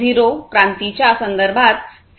0 क्रांतीच्या संदर्भात सामान्यतः वापरला जातो